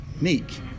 meek